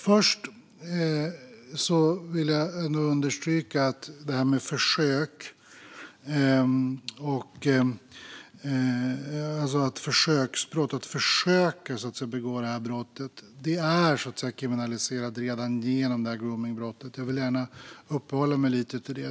Först vill jag understryka att försöksbrott, att försöka begå brottet, redan är kriminaliserat genom gromningsbrottet. Jag vill gärna uppehålla mig lite vid det.